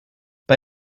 bei